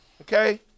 Okay